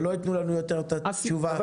שלא ייתנו לנו יותר את התשובה -- אבל